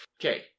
Okay